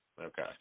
Okay